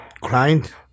client